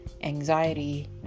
anxiety